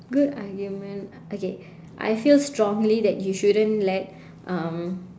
good argument okay I feel strongly that you shouldn't let um